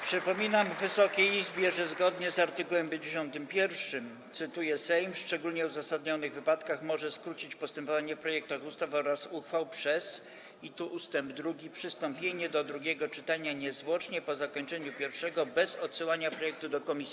Przypominam Wysokiej Izbie, że zgodnie z art. 51 - cytuję - Sejm w szczególnie uzasadnionych wypadkach może skrócić postępowanie z projektami ustaw oraz uchwał przez - i tu jest ust. 2 - przystąpienie do drugiego czytania niezwłocznie po zakończeniu pierwszego, bez odsyłania projektu do komisji.